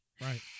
right